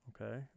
Okay